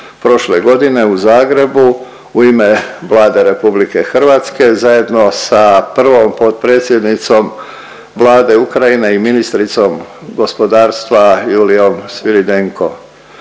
prošle godine u Zagrebu u ime Vlade RH zajedno sa prvom potpredsjednicom Vlade Ukrajine i ministricom gospodarstva Juliom Sviridenko.